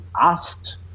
asked